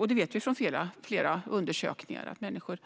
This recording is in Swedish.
Vi vet från flera undersökningar att människor